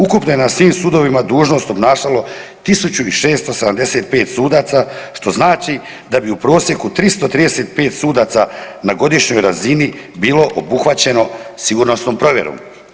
Ukupno je na svim sudovima dužnost obnašalo 1675 sudaca što znači da bi u prosjeku 335 sudaca na godišnjoj razini bilo obuhvaćeno sigurnosnom provjerom.